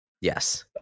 yes